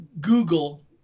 Google